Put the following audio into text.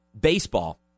baseball